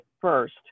first